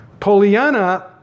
Poliana